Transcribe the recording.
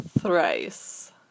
Thrice